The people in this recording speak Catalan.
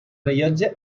rellotge